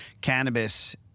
cannabis